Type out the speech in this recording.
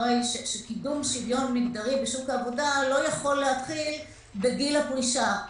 הרי שקידום שוויון מגדרי בשוק העבודה לא יכול להתחיל בגיל הפרישה,